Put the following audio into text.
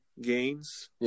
gains